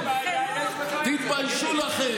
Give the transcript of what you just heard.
איזו בעיה יש, תתביישו לכם.